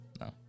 no